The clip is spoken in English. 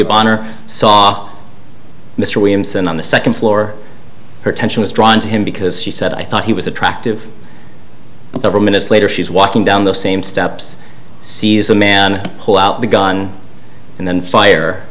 saw mr williamson on the second floor her attention was drawn to him because she said i thought he was attractive several minutes later she's walking down the same steps sees a man pull out the gun and then fire